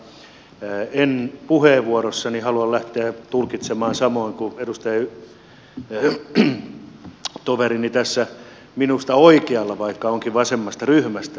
mutta en puheenvuorossani halua lähteä tulkitsemaan samoin kuin edustajatoverini minusta oikealle vaikka onkin vasemmasta ryhmästä